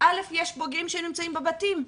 יש פוגעים מיניים שנמצאים בבתים,